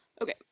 Okay